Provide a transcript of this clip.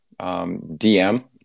DM